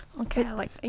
Okay